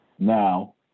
Now